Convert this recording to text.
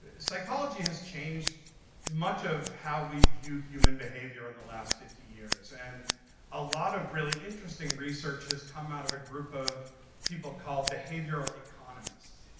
ah psychology has change much of how we view human behavior in the last fifty years. and a lot of really interesting research has come out of a group of people called behavioral economists.